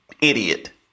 idiot